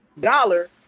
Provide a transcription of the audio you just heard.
dollar